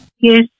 Yes